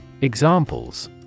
Examples